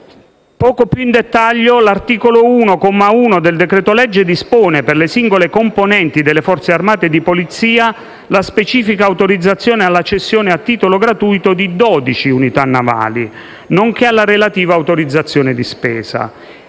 4). Più in dettaglio, l'articolo 1, comma 1, del decreto-legge dispone, per le singole componenti delle Forze armate e di polizia, la specifica autorizzazione alla cessione, a titolo gratuito, di dodici unità navali, nonché alla relativa autorizzazione di spesa.